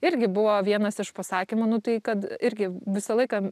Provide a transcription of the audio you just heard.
irgi buvo vienas iš pasakymų nu tai kad irgi visą laiką